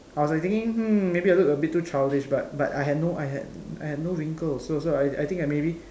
I was like thinking hmm maybe I look a bit too childish but but I had no I had no wrinkles so so I think maybe